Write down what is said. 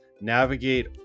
navigate